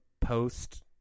post